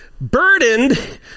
burdened